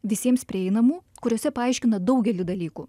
visiems prieinamų kuriose paaiškina daugelį dalykų